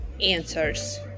answers